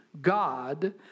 God